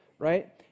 right